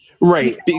Right